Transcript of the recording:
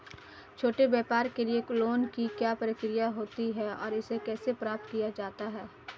छोटे व्यापार के लिए लोंन की क्या प्रक्रिया होती है और इसे कैसे प्राप्त किया जाता है?